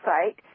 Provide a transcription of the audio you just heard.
site